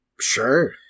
Sure